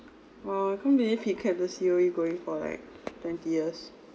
!wow! I can't believe he kept the C_O_E going for like twenty years